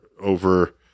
over